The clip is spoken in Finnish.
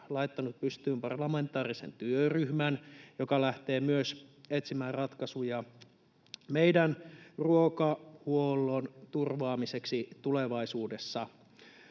laittanut pystyyn parlamentaarisen työryhmän, joka lähtee myös etsimään ratkaisuja meidän ruokahuollon turvaamiseksi tulevaisuudessa.